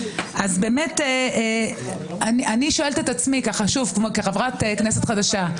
אז באמת אני שואלת את עצמי שוב כחברת כנסת חדשה,